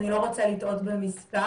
אני לא רוצה לטעות במספר,